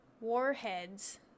Warheads